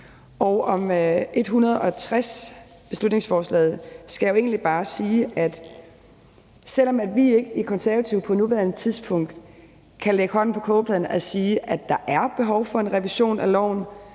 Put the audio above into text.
Om beslutningsforslaget B 160 skal jeg egentlig bare sige, at selv om vi i Det Konservative Folkeparti ikke på nuværende tidspunkt kan lægge hånden på kogepladen og sige, at der er behov for en revision af loven,